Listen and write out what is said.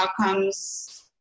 outcomes